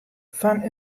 fan